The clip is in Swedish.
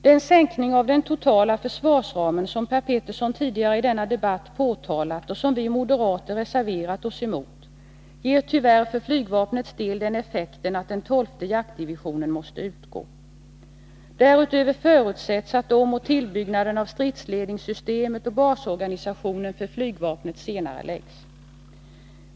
Den sänkning av den totala försvarsramen som Per Petersson tidigare i denna debatt påtalat och som vi moderater reserverat oss emot ger tyvärr för flygvapnets del den effekten att den 12:e jaktdivisionen måste utgå. Därutöver förutsätts att omoch tillbyggnaden av stridsledningssystemet och basorganisationen för flygvapnet senareläggs.